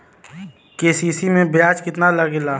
KCC में ब्याज कितना लागेला?